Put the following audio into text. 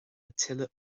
tuilleadh